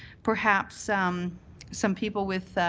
perhaps some some people with